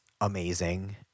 amazing